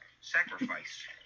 sacrifice